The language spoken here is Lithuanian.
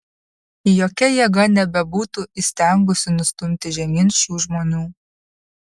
jokia jėga nebebūtų įstengusi nustumti žemyn šių žmonių